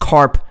Carp